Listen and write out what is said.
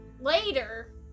later